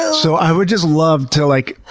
so so i would just love to like